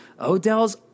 Odell's